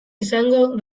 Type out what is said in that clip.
izango